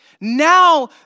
Now